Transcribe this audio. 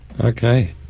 Okay